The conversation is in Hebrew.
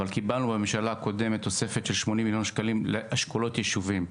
אבל בממשלה הקודמת קיבלנו תוספת של 80 מיליון שקלים לאשכולות יישובים.